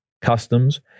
customs